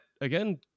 again